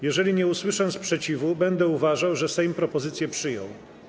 Jeżeli nie usłyszę sprzeciwu, będę uważał, że Sejm propozycję przyjął.